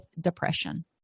depression